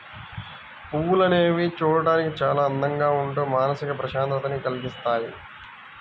పువ్వులు అనేవి చూడడానికి చాలా అందంగా ఉంటూ మానసిక ప్రశాంతతని కల్గిస్తాయి